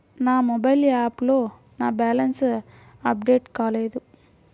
నా మొబైల్ యాప్లో నా బ్యాలెన్స్ అప్డేట్ కాలేదు